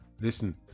Listen